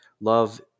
love